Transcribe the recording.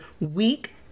week